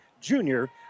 junior